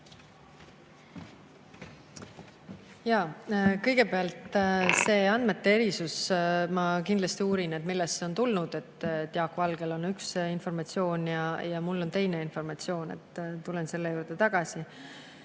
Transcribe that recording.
Jaa! Kõigepealt see andmete erisus. Ma kindlasti uurin, millest see on tulnud, et Jaak Valgel on üks informatsioon ja mul on teine informatsioon. Tulen selle juurde tagasi.